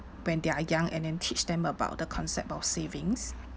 when they are young and then teach them about the concept of savings